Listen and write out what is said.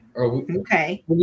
okay